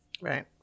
right